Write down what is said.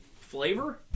flavor